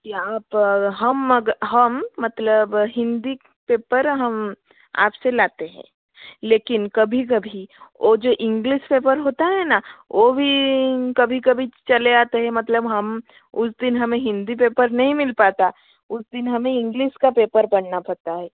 कि आप हम हम मतलब हिंदी पेप्पर हम आप से लेते हैं लेकिन कभी कभी वो जो इंग्लिस पेपर होता है ना वो भी कभी कभी चले आते हैं मतलब हम उस दिन हमें हिंदी पेपर नहीं मिल पाता उस दिन हमें इंग्लिस का पेपर पढ़ना पड़ता है